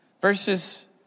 Verses